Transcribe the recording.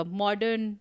modern